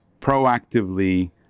proactively